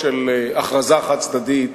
זה סיעת קדימה.